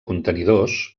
contenidors